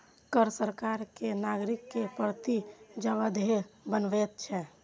कर सरकार कें नागरिक के प्रति जवाबदेह बनबैत छै